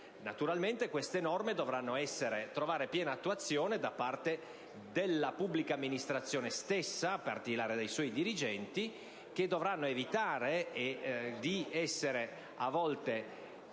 Naturalmente queste norme dovranno trovare piena attuazione da parte della pubblica amministrazione stessa, a partire dai suoi dirigenti, che dovranno evitare di essere, a volte,